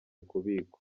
kubikwa